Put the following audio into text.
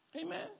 Amen